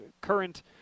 current